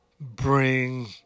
bring